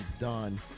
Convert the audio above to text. done